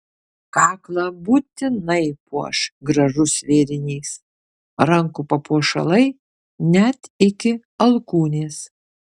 kaklą būtinai puoš gražus vėrinys rankų papuošalai net iki alkūnės